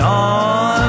on